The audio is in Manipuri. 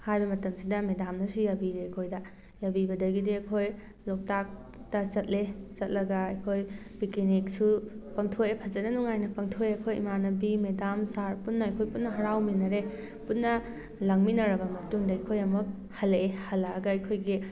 ꯍꯥꯏꯕ ꯃꯇꯝꯁꯤꯗ ꯃꯦꯗꯥꯝꯅꯁꯨ ꯌꯥꯕꯤꯔꯦ ꯑꯩꯈꯣꯏꯗ ꯌꯥꯕꯤꯕꯗꯒꯤꯗꯤ ꯑꯩꯈꯣꯏ ꯂꯣꯛꯇꯥꯛꯇ ꯆꯠꯂꯦ ꯆꯠꯂꯒ ꯑꯩꯈꯣꯏ ꯄꯤꯛꯀꯤꯅꯤꯛꯁꯨ ꯄꯥꯡꯊꯣꯛꯑꯦ ꯐꯖꯅ ꯅꯨꯡꯉꯥꯏꯅ ꯄꯥꯡꯊꯣꯛꯑꯦ ꯑꯩꯈꯣꯏ ꯏꯃꯥꯟꯅꯕꯤ ꯃꯦꯗꯥꯝ ꯁꯥꯔ ꯄꯨꯟꯅ ꯑꯩꯈꯣꯏ ꯄꯨꯟꯅ ꯍꯔꯥꯎꯃꯤꯟꯅꯔꯦ ꯄꯨꯟꯅ ꯂꯥꯡꯃꯤꯟꯅꯔꯕ ꯃꯇꯨꯡꯗ ꯑꯩꯈꯣꯏ ꯑꯃꯨꯛ ꯍꯜꯂꯛꯑꯦ ꯍꯜꯂꯛꯑꯒ ꯑꯩꯈꯣꯏꯒꯤ